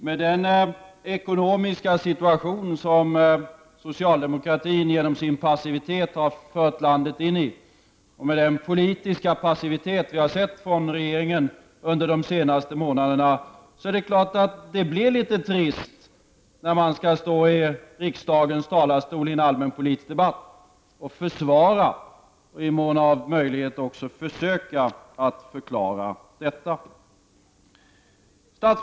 Med den ekonomiska situation som socialdemokratin genom sin passivitet har fört landet in i, och med den politiska passivitet vi har sett från regeringen under de senaste månaderna, är det klart att det blir litet trist när man skall stå i riksdagens talarstol i en allmänpolitisk debatt och försvara — och i mån av möjligheter också försöka förklara — detta.